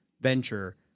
venture